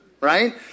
right